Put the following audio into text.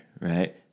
right